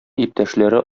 иптәшләре